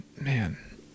man